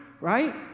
Right